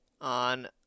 on